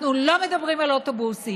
אנחנו לא מדברים על אוטובוסים.